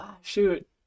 Shoot